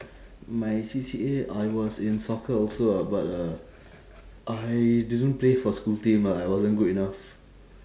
my C_C_A I was in soccer also ah but uh I didn't play for school team ah I wasn't good enough